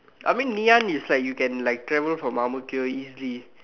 I mean Ngee-Ann is like you can like travel from Ang-Mo-Kio easily